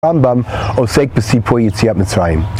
רמבם, עוסק בסיפור יציאת מצרים